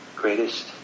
greatest